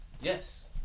Yes